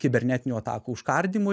kibernetinių atakų užkardymui